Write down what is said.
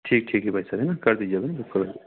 ठीक ठीक है भाई साहब है ना कर दीजिए अभी बुक कर